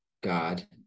God